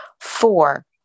four